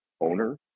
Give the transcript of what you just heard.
owner